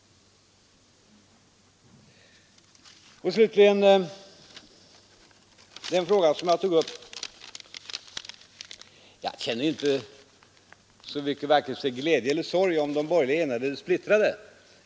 Slutligen vill jag med anledning av en fråga som ställts säga att jag inte känner vare sig glädje eller sorg om de borgerliga är enade eller splittrade.